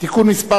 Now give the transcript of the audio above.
(תיקון מס'